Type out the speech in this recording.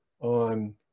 on